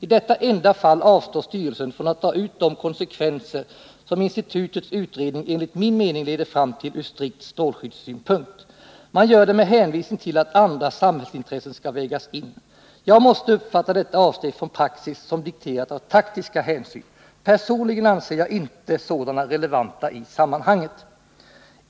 I detta enda fall avstår styrelsen från att dra ut de konsekvenser som institutets utredning enligt min mening leder fram till ur strikt strålskyddssynpunkt. Man gör det med hänvisning till att andra samhällsintressen ska vägas in. Jag måste uppfatta detta avsteg från praxis som dikterat av taktiska hänsyn. Personligen anser jag inte sådana relevanta i sammanhanget.